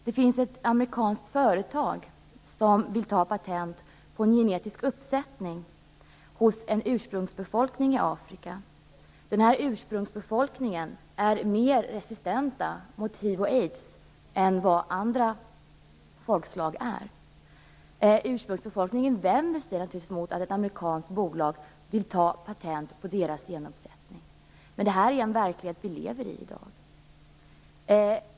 Det finns ett amerikanskt företag som vill ta patent på en genetisk uppsättning hos en ursprungsbefolkning i Afrika. Den här ursprungsbefolkningen är mer resistent mot hiv och aids än vad andra folkslag är. Ursprungsbefolkningen vänder sig naturligtvis mot att ett amerikanskt bolag vill ta patent på deras genuppsättning. Men det här är en verklighet som vi i dag lever i.